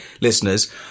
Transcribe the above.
listeners